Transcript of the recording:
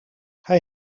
hij